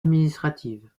administrative